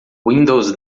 windows